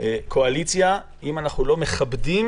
להקים קואליציה אם לא היו מכבדים